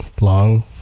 long